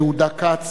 יהודה כץ,